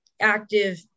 active